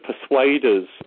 Persuaders